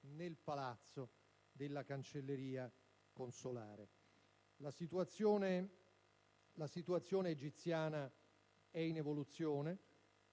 nel palazzo della cancelleria consolare. La situazione egiziana è in evoluzione,